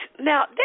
now